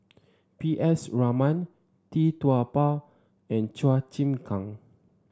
P S Raman Tee Tua Ba and Chua Chim Kang